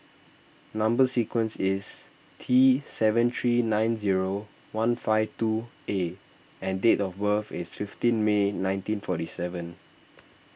Number Sequence is T seven three nine zero one five two A and date of birth is fifteen May nineteen forty seven